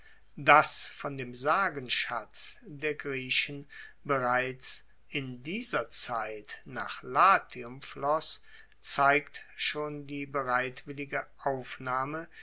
dass von dem sagenschatz der griechen bereits in dieser zeit nach latium floss zeigt schon die bereitwillige aufnahme